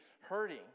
hurting